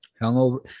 Hangover